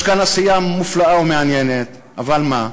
יש כאן עשייה מופלאה ומעניינת, אבל מה?